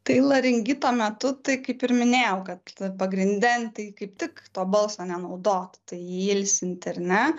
tai laringito metu tai kaip ir minėjau kad pagrinde tai kaip tik to balso nenaudot tai jį ilsinti ar ne